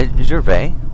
Gervais